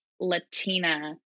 Latina